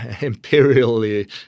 imperially